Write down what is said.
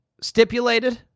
Stipulated